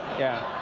yeah,